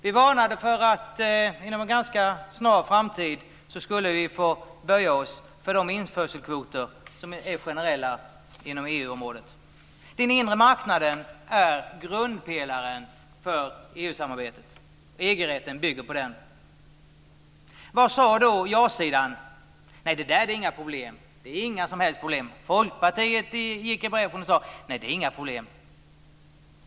Vi varnade för att vi inom en ganska snar framtid skulle få böja oss för de införselkvoter som är generella inom EU-området. Den inre marknaden är grundpelaren för EU samarbetet. EG-rätten bygger på den. Vad sade då jasidan? De sade: Det där är inga problem. Det är inga som helst problem. Folkpartiet gick i bräschen och sade: Nej, det är inga problem.